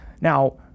Now